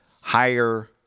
higher